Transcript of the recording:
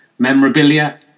Memorabilia